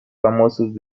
famosos